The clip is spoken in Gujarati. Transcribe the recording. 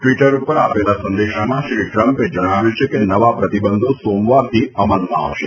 ટ્વિટર ઉપર આપેલા સંદેશોમાં શ્રી ટ્રમ્પે જણાવ્યું છે કે નવા પ્રતિબંધો સોમવારથી અમલમાં આવશે